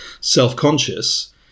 self-conscious